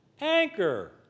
Anchor